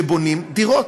שבונים דירות,